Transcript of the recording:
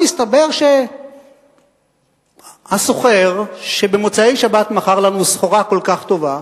מסתבר שהסוחר שבמוצאי-שבת מכר לנו סחורה כל כך טובה